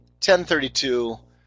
1032